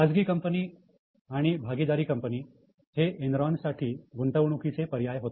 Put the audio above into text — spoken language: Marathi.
खाजगी कंपनी आणि भागीदारी कंपनी एनरॉन साठी गुंतवणुकीचे पर्याय होते